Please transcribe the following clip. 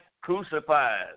crucified